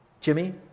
Jimmy